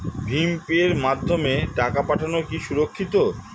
ভিম পের মাধ্যমে টাকা পাঠানো কি সুরক্ষিত?